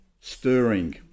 stirring